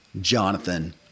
jonathan